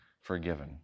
forgiven